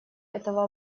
этого